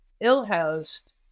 ill-housed